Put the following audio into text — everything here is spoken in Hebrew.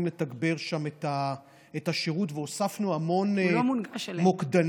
לתגבר שם את השירות והוספנו המון מוקדנים,